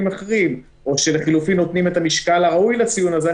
אחרים או שלחילופין נותנים את המשקל הראוי לציון הזה.